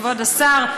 כבוד השר,